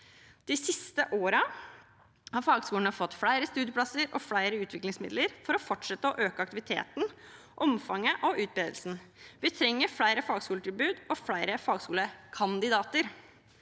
De siste årene har fagskolene fått flere studieplasser og flere utviklingsmidler for å fortsette å øke aktiviteten, omfanget og utbredelsen. Vi trenger flere fagskoletilbud og flere fagskolekandidater.